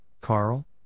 Carl